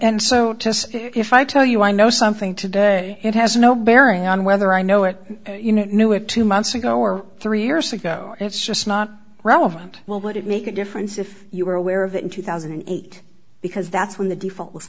so if i tell you i know something today it has no bearing on whether i know it you know it knew it two months ago or three years ago it's just not relevant well would it make a difference if you were aware of it in two thousand and eight because that's when the